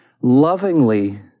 lovingly